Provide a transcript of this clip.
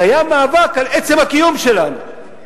קיים מאבק על עצם הקיום שלנו,